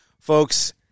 folks